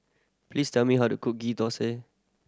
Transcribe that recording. please tell me how to cook Ghee Thosai